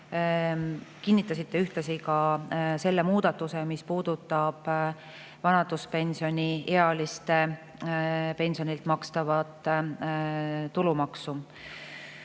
kinnitas ühtlasi ka selle muudatuse, mis puudutab vanaduspensioniealiste pensionilt makstavat tulumaksu.